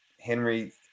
Henry